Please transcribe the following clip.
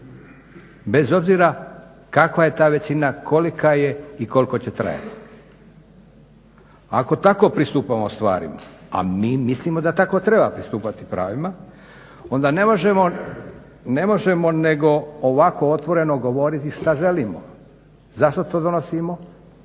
bez obzira kakva je ta većina, kolika je i koliko će trajati. Ako tako pristupamo stvarima, a mi mislimo da tako treba pristupati pravima onda ne možemo nego ovako otvoreno govoriti što želimo, zašto to donosimo